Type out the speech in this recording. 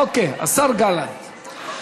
אוקיי, השר גלנט.